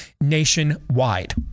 nationwide